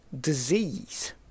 disease